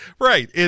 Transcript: right